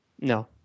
No